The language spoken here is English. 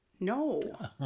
No